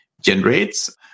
generates